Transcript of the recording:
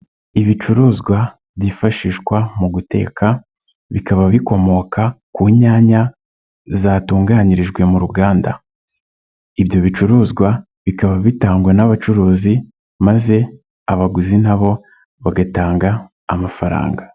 Ibicuruzwa byifashishwa mu guteka, bikaba bikomoka ku nyanya zatunganyirijwe mu ruganda, ibyo bicuruzwa bikaba bitangwa n'abacuruzi, maze abaguzi na bo bagatanga amafaranga.